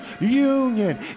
union